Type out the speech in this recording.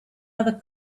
other